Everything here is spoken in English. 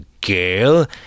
girl